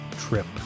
trip